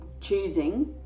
choosing